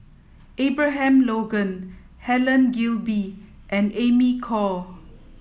Abraham Logan Helen Gilbey and Amy Khor